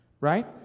right